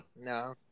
No